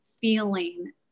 feeling